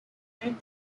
tom